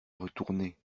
retourner